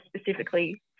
specifically